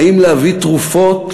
האם להביא תרופות,